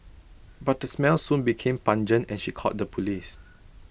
but the smell soon became pungent and she called the Police